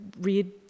read